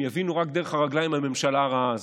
הם יבינו רק דרך הרגליים, הממשלה הרעה הזאת.